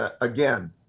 Again